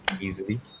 Easily